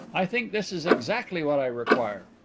i think this is exactly what i require.